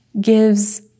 gives